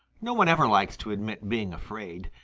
no one ever likes to admit being afraid,